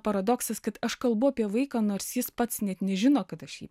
paradoksas kad aš kalbu apie vaiką nors jis pats net nežino kad aš jį